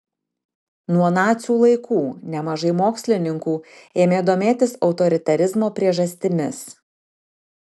nuo nacių laikų nemažai mokslininkų ėmė domėtis autoritarizmo priežastimis